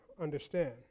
understand